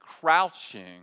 crouching